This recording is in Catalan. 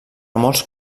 molts